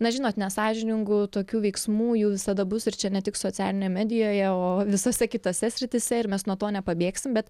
na žinot nesąžiningų tokių veiksmų jų visada bus ir čia ne tik socialinė medijoje o visose kitose srityse ir mes nuo to nepabėgsim bet